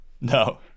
no